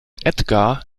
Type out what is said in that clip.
edgar